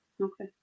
Okay